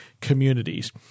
communities